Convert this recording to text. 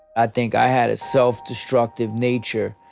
i think i had a self-destructive nature,